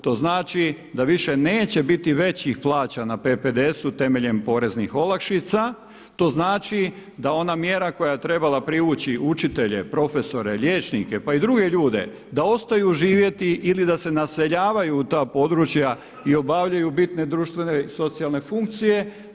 To znači da više neće biti većih plaća na PPDS-u temeljem poreznih olakšica, to znači da ona mjera koja je trebala privući učitelje, profesore, liječnike pa i druge ljude da ostaju živjeti ili da se naseljavaju u ta područja i obavljaju bitne društvene i socijalne funkcije.